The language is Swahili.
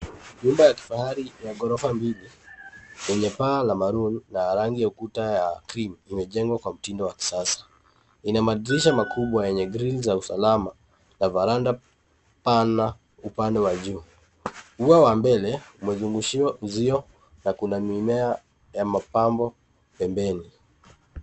Nyumba ya kifahari ya ghorofa mbili lenye paa la maruni na kuta la krimu imejengwa kwa mtindo wa kisasa. Ina madirisha makubwa yenye grills za usalama na veranda pana upande wa juu. Ua wa mbele umezungushiwa uzio na kuna mimea ya mapambo pembeni.